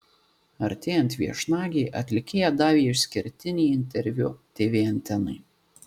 artėjant viešnagei atlikėja davė išskirtinį interviu tv antenai